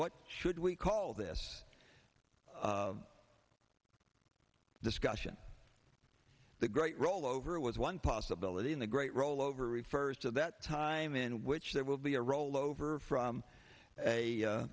what should we call this discussion the great rollover was one possibility in the great rollover refers to that time in which there will be a rollover from a